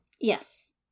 yes